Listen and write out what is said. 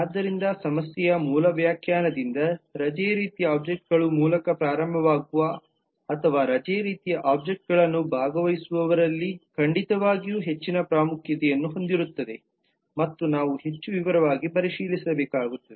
ಆದ್ದರಿಂದ ಸಮಸ್ಯೆಯ ಮೂಲ ವ್ಯಾಖ್ಯಾನದಿಂದ ರಜೆ ರೀತಿಯ ಒಬ್ಜೆಕ್ಟ್ಗಳು ಮೂಲಕ ಪ್ರಾರಂಭವಾಗುವ ಅಥವಾ ರಜೆ ರೀತಿಯ ಒಬ್ಜೆಕ್ಟ್ಗಳನ್ನು ಭಾಗವಹಿಸುವವರಲ್ಲಿ ಖಂಡಿತವಾಗಿಯೂ ಹೆಚ್ಚಿನ ಪ್ರಾಮುಖ್ಯತೆಯನ್ನು ಹೊಂದಿರುತ್ತದೆ ಮತ್ತು ನಾವು ಹೆಚ್ಚು ವಿವರವಾಗಿ ಪರಿಶೀಲಿಸಬೇಕಾಗುತ್ತದೆ